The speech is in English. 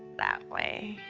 that way,